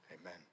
amen